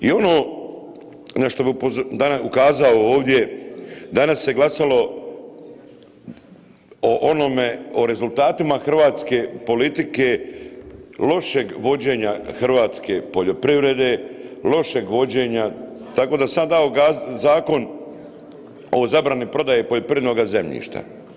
I ono na što bi ukazao ovdje, danas se glasalo o onome, o rezultatima hrvatske politike, lošeg vođenja hrvatske poljoprivrede, lošeg vođenja tako da sam ja dao zakon o zabrani prodaje poljoprivrednoga zemljišta.